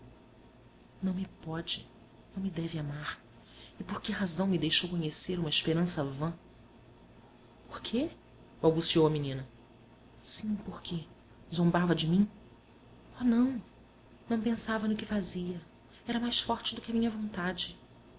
não me pode não me deve amar e por que razão me deixou conhecer uma esperança vã por quê balbuciou a menina sim por quê zombava de mim oh não não pensava no que fazia era mais forte do que a minha vontade